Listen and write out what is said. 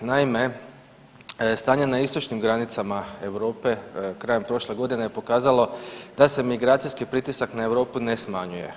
Naime, stanje na istočnim granicama Europe krajem prošle godine je pokazalo da se migracijski pritisak na Europu ne smanjuje.